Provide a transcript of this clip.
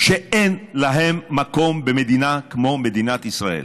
שאין להם מקום במדינה כמו מדינת ישראל.